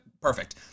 Perfect